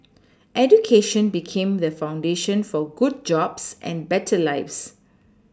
education became the foundation for good jobs and better lives